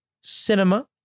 Cinema